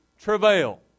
travail